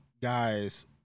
guys